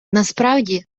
насправді